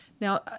Now